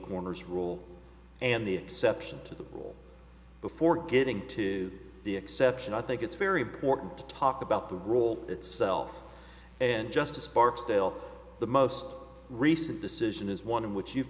corners rule and the exception to the rule before getting to the exception i think it's very important to talk about the rule itself and justice barksdale the most recent decision is one in which you